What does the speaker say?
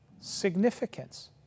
significance